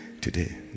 today